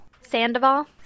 sandoval